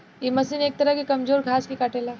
इ मशीन एक तरह से कमजोर घास के काटेला